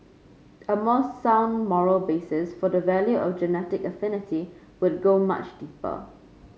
a more sound moral basis for the value of genetic affinity would go much deeper